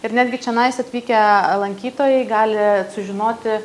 ir netgi čionais atvykę lankytojai gali sužinoti